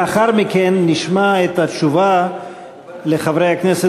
לאחר מכן נשמע את התשובה לחברי הכנסת